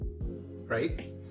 Right